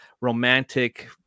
romantic